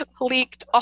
leaked